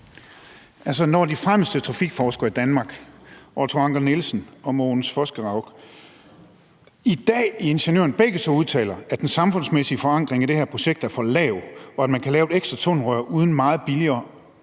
De fremmeste trafikforskere i Danmark, Otto Anker Nielsen og Mogens Fosgerau, udtaler begge to i dag i Ingeniøren, at den samfundsmæssige forankring i det her projekt er for lav, og at man kan lave et ekstra tunnelrør, som er meget billigere